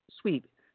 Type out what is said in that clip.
sweep